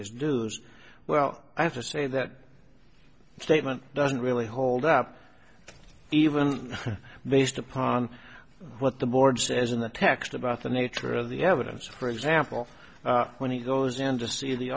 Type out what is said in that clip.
dues well i have to say that statement doesn't really hold up even based upon what the board says in the text about the nature of the evidence for example when he goes in to see the